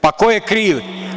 Pa ko je kriv?